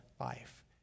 life